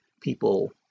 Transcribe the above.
people